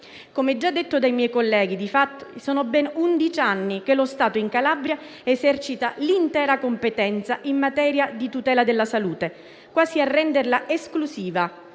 Come già detto dai miei colleghi, di fatto sono ben undici anni che lo Stato in Calabria esercita l'intera competenza in materia di tutela della salute, quasi a renderla esclusiva,